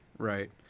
Right